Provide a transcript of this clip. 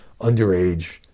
underage